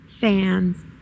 fans